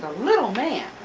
little man.